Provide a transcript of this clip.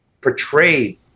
portrayed